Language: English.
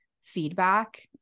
feedback